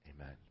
Amen